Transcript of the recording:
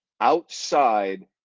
outside